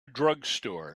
drugstore